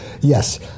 Yes